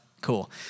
cool